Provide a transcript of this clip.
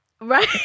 Right